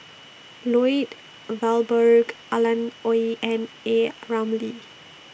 Lloyd Valberg Alan Oei and A Ramli